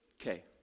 Okay